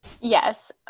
yes